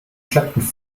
schleppend